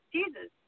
Jesus